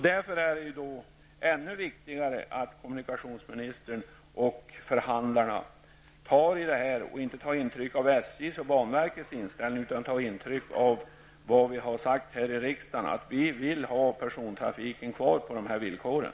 Därför är det ännu viktigare att kommunikationsministern och förhandlarna tar tag i det här och inte tar intryck av SJs och banverkets inställning utan av vad vi har sagt här i riksdagen, nämligen att vi vill ha persontrafiken kvar på de här villkoren.